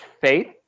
faith